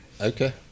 okay